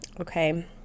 okay